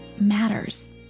matters